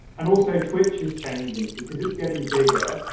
and also, twitch is changing. because it's getting bigger,